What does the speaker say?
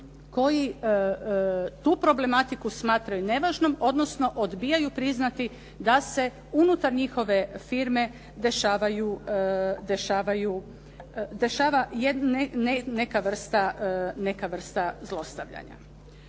koji tu problematiku smatraju nevažnom odnosno odbijaju priznati da se unutar njihove firme dešava neka vrsta zlostavljanja.